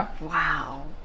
wow